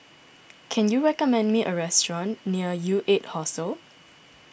can you recommend me a restaurant near U eight Hostel